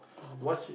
what's with